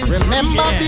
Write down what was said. Remember